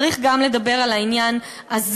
צריך גם לדבר על העניין הזה.